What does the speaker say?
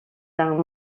down